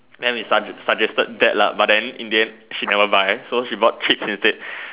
then we sugges~ suggested that lah but then in the end she never buy so she bought chips instead